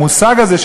המושג הזה,